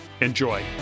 enjoy